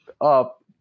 up